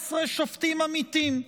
14 שופטים עמיתים,